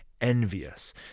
envious